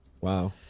Wow